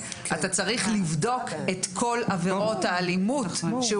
אתה צריך לבדוק את כל עבירות האלימות בהן